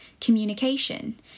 communication